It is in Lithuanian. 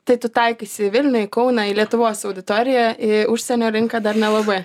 tai tu taikaisi į vilnių į kauną į lietuvos auditoriją į užsienio rinką dar nelabai